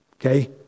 Okay